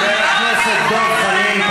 חבר הכנסת דב חנין,